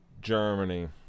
Germany